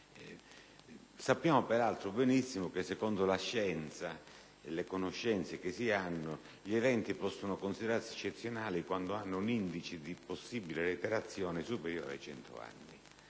Sappiamo peraltro benissimo che, secondo la scienza e le attuali conoscenze, gli eventi possono considerarsi eccezionali quando hanno un indice di possibile reiterazione superiore ai cento anni.